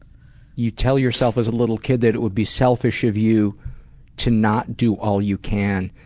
you tell yourself as a little kid that it would be selfish of you to not do all you can,